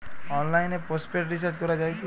অনলাইনে postpaid recharge করা যায় কি?